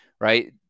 right